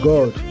God